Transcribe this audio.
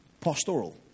pastoral